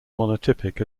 monotypic